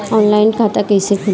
Online खाता कईसे खुलि?